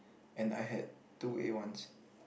and I had two A ones